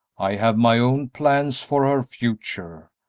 i have my own plans for her future,